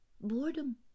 boredom